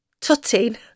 tutting